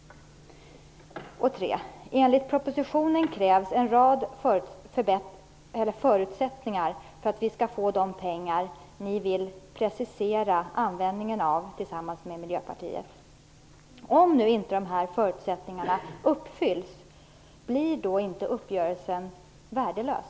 Den tredje frågan: Enligt propositionen krävs en rad förutsättningar för att vi skall få de pengar som ni socialdemokrater vill precisera användningen av tillsammans med Miljöpartiet. Om nu inte dessa förutsättningar uppfylls, blir då inte uppgörelsen värdelös?